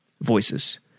voices